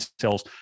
cells